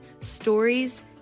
stories